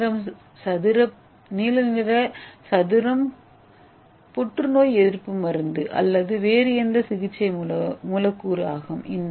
நீல நிற சதுரம் புற்றுநோய் எதிர்ப்பு மருந்து அல்லது வேறு எந்த சிகிச்சை மூலக்கூறு ஆகும்